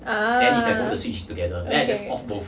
a'ah okay